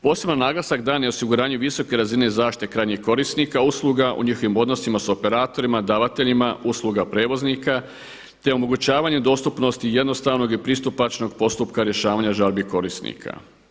Poseban naglasak dan je osiguranju visoke razine zaštite krajnjeg korisnika usluga u njihovim odnosima sa operatorima davateljima usluga prijevoznika, te omogućavanje dostupnosti jednostavnog i pristupačnog postupka rješavanja žalbi korisnika.